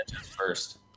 first